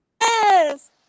Yes